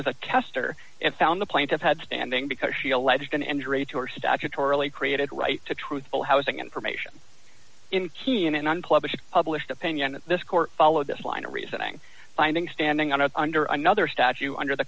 tester and found the plaintiff had standing because she alleged an andray to her statutorily created right to truthful housing information in ky and unplugged published opinion in this court followed this line of reasoning finding standing on the under another statue under the